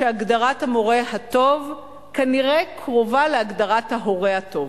שהגדרת המורה הטוב כנראה קרובה להגדרת ההורה הטוב,